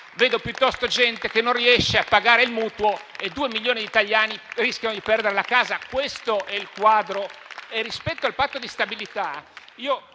ma piuttosto gente che non riesce a pagare il mutuo e due milioni di italiani che rischiano di perdere la casa. Questo è il quadro. Rispetto al Patto di stabilità,